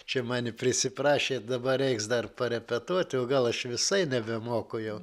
čia mani prisiprašė dabar reiks dar parepetuoti o gal aš visai nebemoku jo